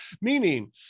meaning